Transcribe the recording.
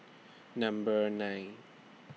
Number nine